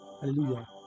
Hallelujah